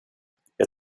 jag